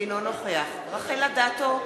אינו נוכח רחל אדטו,